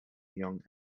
young